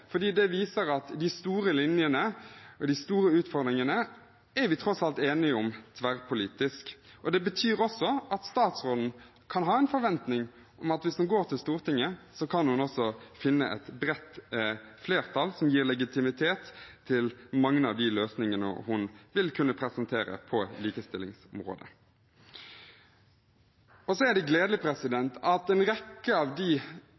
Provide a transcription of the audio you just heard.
det viser at vi tross alt er tverrpolitisk enige om de store linjene og de store utfordringene. Det betyr også at statsråden kan ha en forventning om at hvis hun går til Stortinget, kan hun også finne et bredt flertall som gir legitimitet til mange av løsningene hun vil kunne presentere på likestillingsområdet. Det er gledelig at en rekke av